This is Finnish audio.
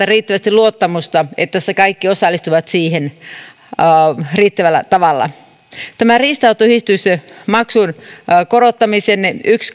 riittävästi luottamusta että kaikki osallistuvat siihen riittävällä tavalla riistanhoitoyhdistyksen maksun korottamisen yksi